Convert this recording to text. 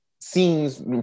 scenes